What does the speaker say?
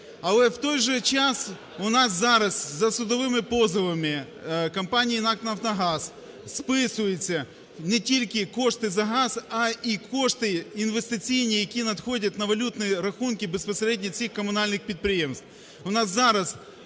Але, в той же час, у нас зараз за судовими позовами компанії НАК "Нафтогаз" списується не тільки кошти за газ, а й кошти інвестиційні, які надходять на валютні рахунки безпосередньо цих комунальних підприємств.